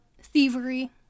thievery